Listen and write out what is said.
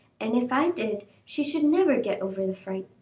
and if i did she should never get over the fright.